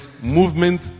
movement